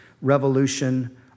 revolution